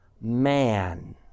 man